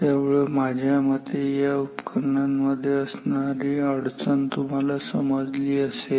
त्यामुळे माझ्या मते या उपकरणांमध्ये असणारी अडचण तुम्हाला समजली असेल